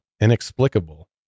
Inexplicable